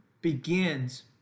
begins